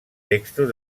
textos